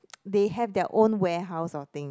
they have their own warehouse sorting